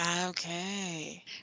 Okay